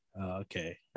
Okay